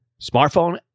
smartphone